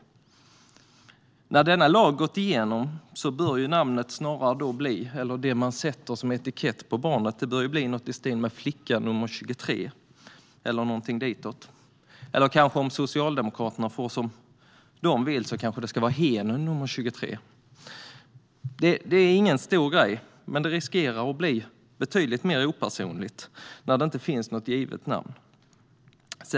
Men när denna lag gått igenom blir väl benämningen "flicka nr 23" eller något ditåt. Får socialdemokraterna som de vill blir det kanske "hen nr 23". Det är ingen stor grej, men det riskerar att bli mer opersonligt när inget givet namn finns.